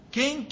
Quem